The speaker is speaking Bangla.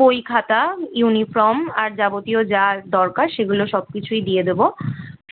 বই খাতা ইউনিফর্ম আর যাবতীয় যা দরকার সেগুলো সব কিছুই দিয়ে দেবো